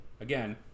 again